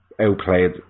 outplayed